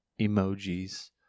emojis